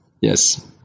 Yes